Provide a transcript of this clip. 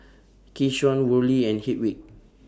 Keshaun Worley and Hedwig